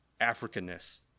Africanness